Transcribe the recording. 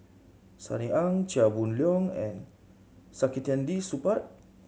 Sunny Ang Chia Boon Leong and Saktiandi Supaat